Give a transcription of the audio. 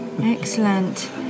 Excellent